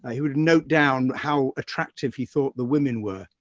he would note down how attractive he thought the women were.